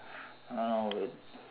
no no wait